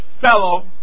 fellow